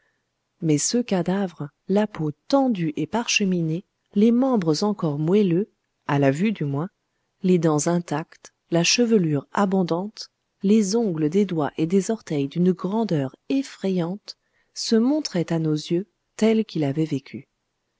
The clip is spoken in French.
mais ça cadavre la peau tendue et parcheminée les membres encore moelleux à la vue du moins les dents intactes la chevelure abondante les ongles des doigts et des orteils d'une grandeur effrayante se montrait à nos yeux tel qu'il avait vécu